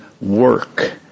work